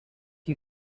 you